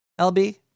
LB